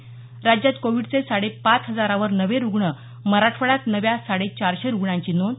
स राज्यात कोविडचे साडे पाच हजारावर नवे रुग्ण मराठवाड्यात नव्या साडे चारशे रुग्णांची नोंद